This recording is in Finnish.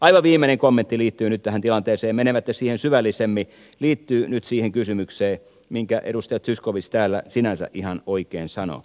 aivan viimeinen kommentti menemättä siihen syvällisemmin liittyy nyt siihen kysymykseen josta edustaja zyskowicz täällä sinänsä ihan oikein sanoi